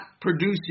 producing